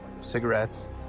cigarettes